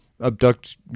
abduct